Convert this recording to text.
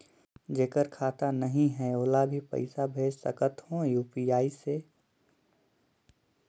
जेकर खाता नहीं है ओला भी पइसा भेज सकत हो यू.पी.आई से?